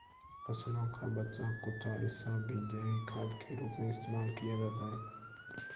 फसलों का बचा कूचा हिस्सा भी जैविक खाद के रूप में इस्तेमाल किया जाता है